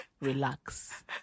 relax